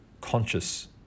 conscious